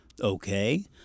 okay